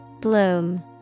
Bloom